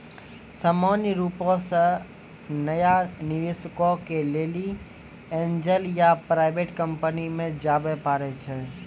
सामान्य रुपो से नया निबेशको के लेली एंजल या प्राइवेट कंपनी मे जाबे परै छै